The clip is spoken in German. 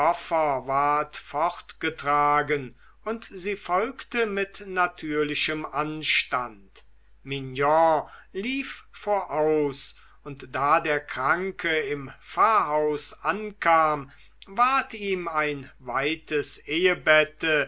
fortgetragen und sie folgte mit natürlichem anstand mignon lief voraus und da der kranke im pfarrhaus ankam ward ihm ein weites ehebette